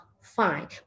fine